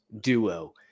duo